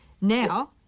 Now